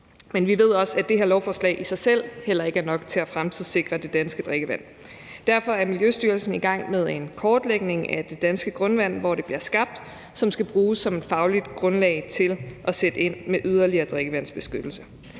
men vi ved også, at det her lovforslag i sig selv heller ikke er nok til at fremtidssikre det danske drikkevand. Derfor er Miljøstyrelsen i gang med en kortlægning af det danske grundvand, hvor det bliver skabt, som skal bruges som fagligt grundlag til at sætte ind med yderligere drikkevandsbeskyttelse.